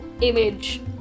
image